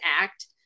Act